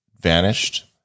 vanished